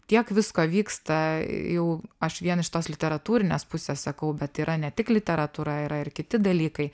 tiek visko vyksta jau aš vien iš tos literatūrinės pusės sakau bet yra ne tik literatūra yra ir kiti dalykai